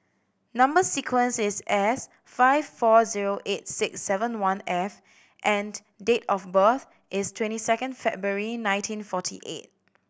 number sequence is S five four zero eight six seven one F and date of birth is twenty second February nineteen forty eight